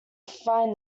find